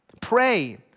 Pray